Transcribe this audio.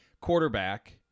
quarterback